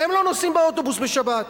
הם לא נוסעים באוטובוס בשבת,